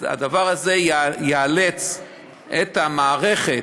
הדבר הזה יאלץ את המערכת,